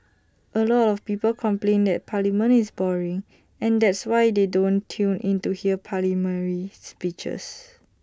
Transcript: A lot of people complain that parliament is boring and that's why they don't tune in to hear parliamentary speeches